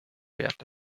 wert